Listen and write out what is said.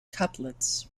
couplets